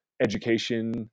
education